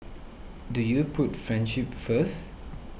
do you put friendship first